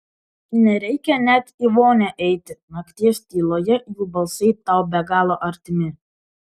nereikia net į vonią eiti nakties tyloje jų balsai tau be galo artimi